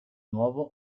nuovo